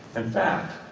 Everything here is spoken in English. in fact,